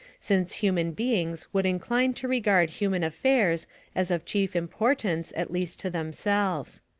since human beings would incline to regard human affairs as of chief importance at least to themselves.